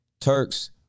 Turks